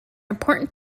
important